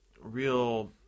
real